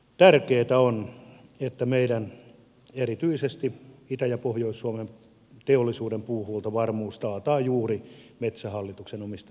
tärkeätä on että meidän erityisesti itä ja pohjois suomen teollisuuden puuhuoltovarmuus taataan juuri metsähallituksen omistamista metsistä